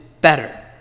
better